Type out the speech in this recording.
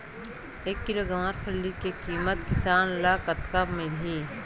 एक किलोग्राम गवारफली के किमत किसान ल कतका मिलही?